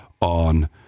on